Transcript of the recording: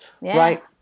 Right